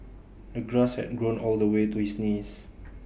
the grass had grown all the way to his knees